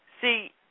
See